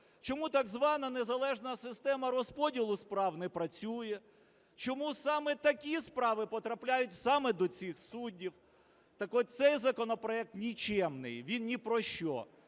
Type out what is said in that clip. Чому так звана незалежна система розподілу справ не працює? Чому саме такі справи потрапляють саме до цих суддів? Так от цей законопроект нікчемний, він ні про що.